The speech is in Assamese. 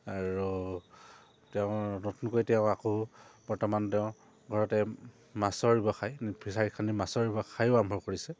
আৰু তেওঁ নতুনকৈ তেওঁ আকৌ বৰ্তমান তেওঁ ঘৰতে মাছৰ ব্যৱসায় ফিচাৰী খান্দি মাছৰ ব্যৱসায়ো আৰম্ভ কৰিছে